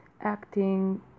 acting